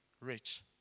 rich